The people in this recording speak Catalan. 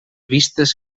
vistes